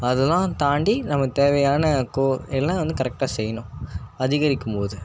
அதெல்லாம் தாண்டி நம்ம தேவையான கோ எல்லா வந்து கரெக்ட்டாக செய்யணும் அதிகரிக்கும்போது